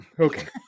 Okay